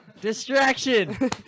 DISTRACTION